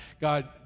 God